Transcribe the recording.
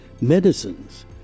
medicines